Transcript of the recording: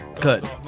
Good